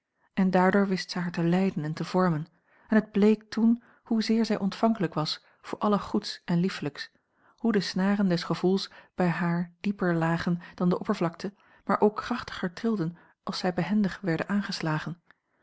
en daardoor wist zij haar te leiden en te vormen en het bleek toen hoezeer zij ontvankelijk was voor alle goeds en liefelijks hoe de snaren des gevoels bij haar dieper lagen dan de oppervlakte maar ook krachtiger trilden als zij behendig werden aangeslagen